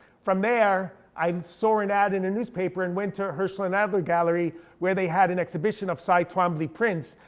from there, i saw an ad in a newspaper in winter in herschel and adler gallery where they had an exhibition of cy twombly prints.